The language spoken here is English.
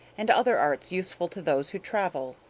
and other arts useful to those who travel,